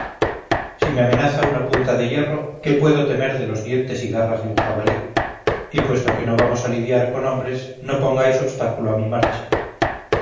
si me amenaza una punta de hierro qué puedo temer de los dientes y garras de un jabalí y puesto que no vamos a lidiar con hombres no pongáis obstáculo a mi macha